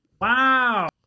Wow